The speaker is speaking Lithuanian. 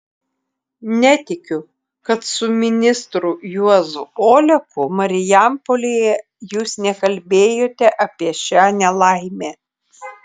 netikiu kad su ministru juozu oleku marijampolėje jūs nekalbėjote apie šią nelaimę